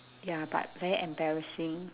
ya but very embarrassing